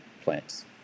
plants